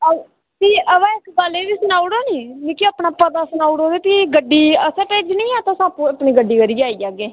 ओह् भी अबा इक गल्ल एह् बी सनाई ओड़ो निं मिकी अपनी पता सनाई ओड़ो ते भी गड्डी असें भेजनी जां तुस आपूं अपनी गड्डी करियै आई जाह्गे